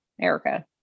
Erica